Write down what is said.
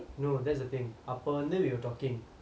no that's the thing அப்ப வந்து:appe vandhu we were talking